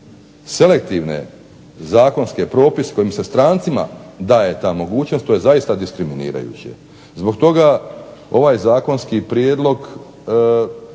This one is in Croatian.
selektivne zakonske propis kojima se strancima daje ta mogućnost, to je zaista diskriminirajuće. Zbog toga ovaj zakonski prijedlog